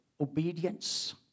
obedience